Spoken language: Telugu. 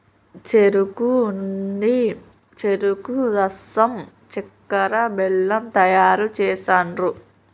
చెరుకు నుండి చెరుకు రసం చెక్కర, బెల్లం తయారు చేస్తాండ్లు